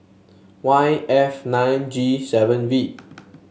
Y F nine G seven V